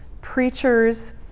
preachers